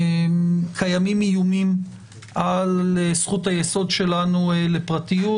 קיימים איומים על זכות היסוד שלנו לפרטיות,